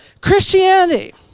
Christianity